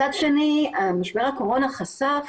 מצד שני משבר הקורונה חשף